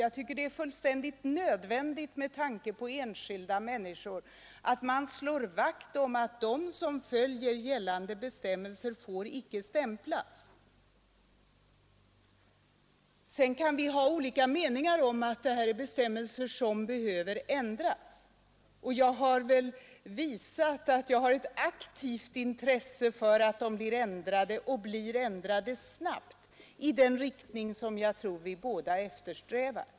Jag tycker att det är fullständigt nödvändigt med tanke på enskilda människor att man slår vakt om att de som följer gällande bestämmelser icke får stämplas som asociala. Sedan kan vi ha olika meningar om att detta är bestämmelser som behöver ändras. Jag har väl visat att jag har ett aktivt intresse för att de blir snabbt ändrade i den riktning jag tror vi båda eftersträvar.